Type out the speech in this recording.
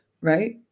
right